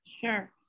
Sure